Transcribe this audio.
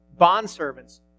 Bondservants